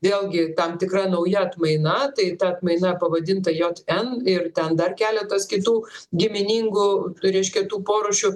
vėlgi tam tikra nauja atmaina tai ta atmaina pavadinta jot en ir ten dar keletas kitų giminingų reiškia tų porūšių